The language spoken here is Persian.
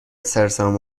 سرسام